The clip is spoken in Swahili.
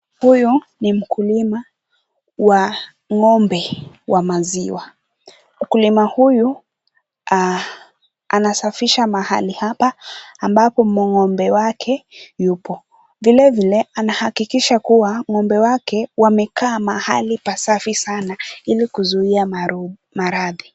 Huyu ni mkulima wa ng'ombe wa maziwa. Mkulima huyu anasafisha mahali hapa ambapo ng'ombe wake yupo. Vilevile anahakikisha kuwa ng'ombe wake wamekaa mahali pasafi sana ili kuzuia maradhi.